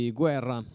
guerra